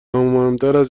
مهمتر